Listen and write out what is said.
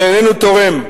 זה איננו תורם.